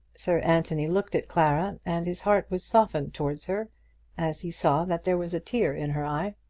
sir anthony looked at clara, and his heart was softened towards her as he saw that there was a tear in her eye.